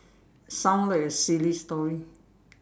sound like a silly story